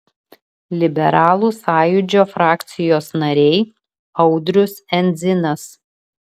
liberalų sąjūdžio frakcijos nariai audrius endzinas